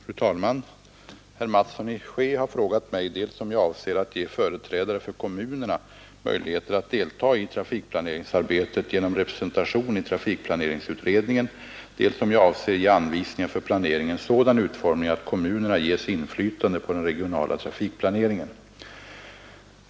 Fru talman! Herr Mattsson i Skee har frågat mig dels om jag avser att ge företrädare för kommunerna möjligheter att delta i trafikplaneringsarbetet genom representation i trafikplaneringsutredningen, dels om jag avser ge anvisningar för planeringen sådan utformning att kommunerna ges inflytande på den regionala trafikplaneringen.